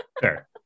Sure